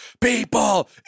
people